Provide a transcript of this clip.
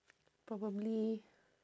probably